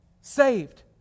saved